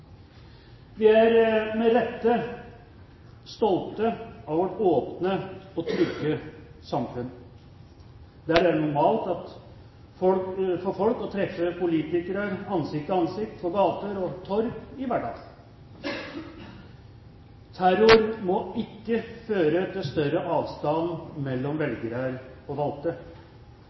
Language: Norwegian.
Vi er med rette stolte av vårt åpne og trygge samfunn der det er normalt for folk å treffe politikere ansikt til ansikt på gater og torg i hverdagen. Terror må ikke føre til større avstand mellom velgere og valgte.